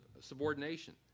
subordination